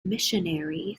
missionary